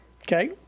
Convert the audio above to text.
Okay